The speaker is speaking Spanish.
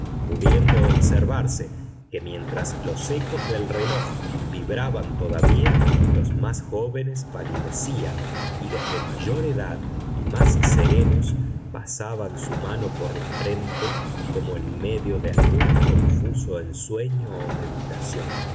pudiendo observarse que mientras los ecos del reloj vibraban todavía los más jóvenes palidecían y los de mayor edad y más serenos pasaban su mano por la frente como en medio de algún confuso ensueño o meditación